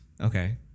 Okay